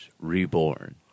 Reborn